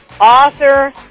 author